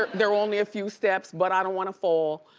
they're only a few steps but i don't wanna fall.